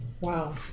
Wow